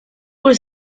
was